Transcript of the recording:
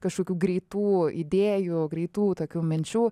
kažkokių greitų idėjų greitų tokių minčių